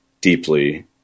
deeply